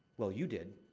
well, you did.